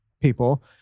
people